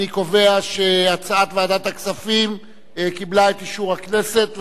אני קובע שהצעת ועדת הכספים קיבלה את אישור הכנסת,